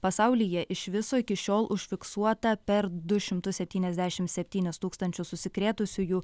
pasaulyje iš viso iki šiol užfiksuota per du šimtus septyniasdešim septynis tūkstančius užsikrėtusiųjų